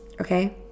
okay